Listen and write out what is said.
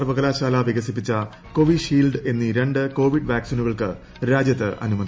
സർവകലാശാല വികസിപ്പിച്ച കോവിഷീൽഡ് എന്നീ രണ്ട് കോവിഡ് വാക്സീനുകൾക്ക് രാജ്യത്ത് അനുമതി